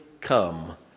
come